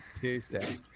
Tuesday